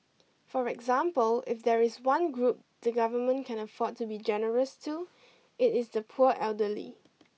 for example if there is one group the Government can afford to be generous to it is the poor elderly